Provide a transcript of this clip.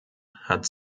hat